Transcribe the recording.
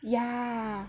ya